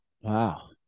Wow